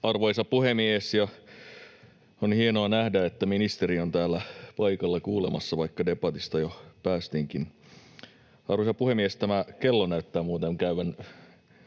Arvoisa puhemies! On hienoa nähdä, että ministeri on täällä paikalla kuulemassa, vaikka debatista jo päästiinkin. — Arvoisa puhemies, tämä kello näyttää muuten käyvän